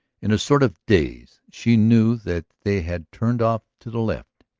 in a sort of daze, she knew that they had turned off to the left,